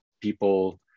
people